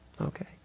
Okay